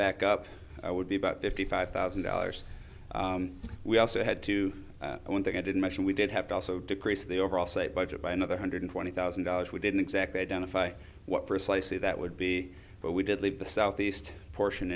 back up would be about fifty five thousand dollars we also had to one thing i didn't mention we did have to also decrease the overall state budget by another hundred twenty thousand dollars we didn't exactly identify what precisely that would be but we did leave the southeast portion